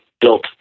built